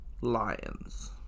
Lions